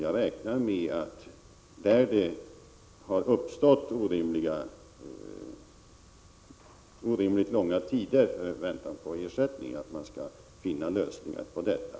Jag räknar med att man där det har uppstått orimligt långa tider i väntan på ersättning skall finna lösningar på detta.